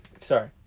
Sorry